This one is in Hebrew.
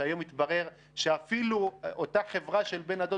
שהיום התברר שאפילו אותה חברה של בן הדוד